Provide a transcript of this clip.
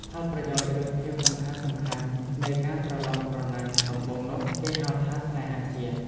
ផលប្រយោជន៍ ឬភាពសំខាន់ៗនៃការប្រលងប្រណាំងដំបូងនោះ គេហៅថា”ស្នេហាជាតិ”។